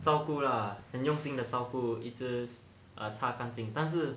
照顾 lah 很用心的照顾一直察干净但是